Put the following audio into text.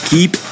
Keep